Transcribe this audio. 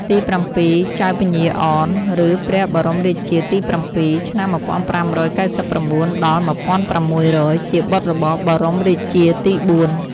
ទីប្រាំពីរ ចៅពញាអន ឬព្រះបរមរាជាទី៧ (ឆ្នាំ ១៥៩៩-១៦០០) ជាបុត្ររបស់បរមរាជាទី៤។